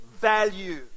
value